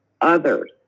others